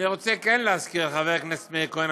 אני כן רוצה להזכיר לחבר הכנסת מאיר כהן,